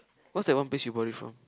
what's that one place you bought it from